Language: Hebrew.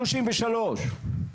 שלושים ושלוש?